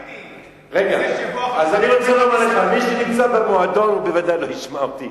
תשמע, אם אני אעמוד במועדון אחד,